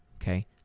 Okay